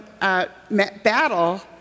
battle